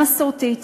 גם מסורתית,